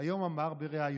היום אמר בריאיון: